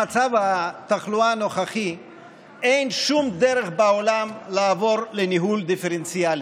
במצב התחלואה הנוכחי אין שום דרך בעולם לעבור לניהול דיפרנציאלי,